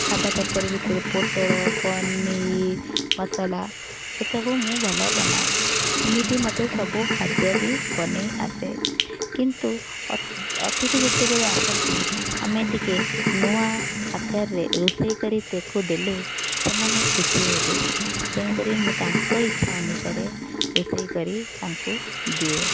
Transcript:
ସାଧା ତରକାରୀ ଭିତରେ ପୋଟଳ ପନିର୍ ମସଲା ଏସବୁ ମୁଁ ଭଲ ବନାଏ ଏମିତି ମୋତେ ସବୁ ଖାଦ୍ୟ ବି ବନେଇ ଆସେ କିନ୍ତୁ ଅତିଥି ଯେତେବେଳେ ଆସନ୍ତି ଆମେ ଟିକିଏ ନୂଆ ଆକାରରେ ରୋଷେଇ କରି ତେକୁ ଦେଲେ ସେମାନେ ଖୁସି ହେବେ ତେଣୁକରି ମୁଁ ତାଙ୍କ ଇଚ୍ଛା ଅନୁସାରେ ରୋଷେଇ କରି ତାଙ୍କୁ ଦିଏ